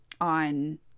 on